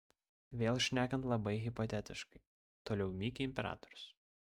vėl šnekant labai hipotetiškai toliau mykė imperatorius